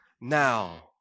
now